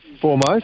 foremost